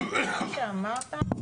וכפי שאמרת,